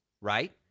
right